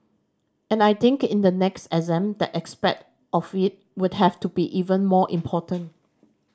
and I think in the next exam that aspect of it would have to be even more important